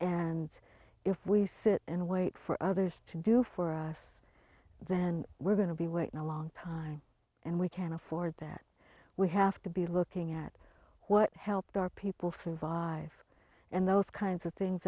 and if we sit and wait for others to do for us then we're going to be waiting a long time and we can't afford that we have to be looking at what helped our people survive and those kinds of things